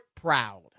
Proud